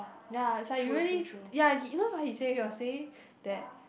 ya it's like you really ya you know what he say he was saying that